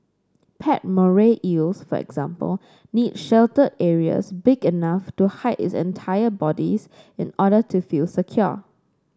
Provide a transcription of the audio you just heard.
pet moray eels for example need sheltered areas big enough to hide its entire bodies in order to feel secure